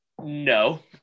No